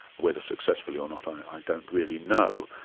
whether successfully or not i don't really know,